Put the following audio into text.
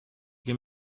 give